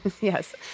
Yes